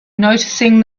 noticing